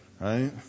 Right